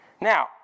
Now